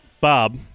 Bob